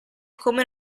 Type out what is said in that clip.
come